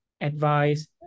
advice